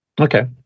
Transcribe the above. Okay